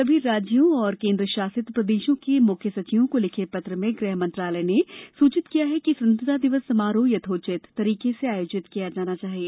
सभी राज्यों और केंद्र शासित प्रदेशों के मुख्य सचिवों को लिखे पत्र में गृह मंत्रालय ने सूचित किया है कि स्वतंत्रता दिवस समारोह यथोचित तरीके से आयोजित किया जाना चाहिए